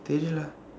they lah